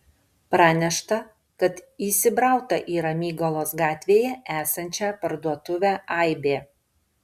pranešta kad įsibrauta į ramygalos gatvėje esančią parduotuvę aibė